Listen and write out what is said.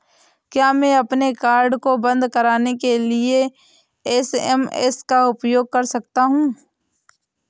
क्या मैं अपने कार्ड को बंद कराने के लिए एस.एम.एस का उपयोग कर सकता हूँ?